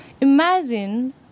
Imagine